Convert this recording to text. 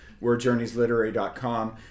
wordjourneysliterary.com